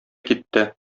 китте